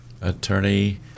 attorney